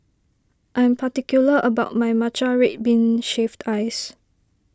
I am particular about my Matcha Red Bean Shaved Ice